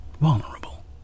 vulnerable